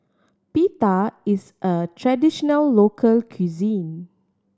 pita is a traditional local cuisine